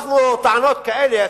טענות כאלה,